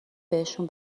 بهشون